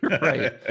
right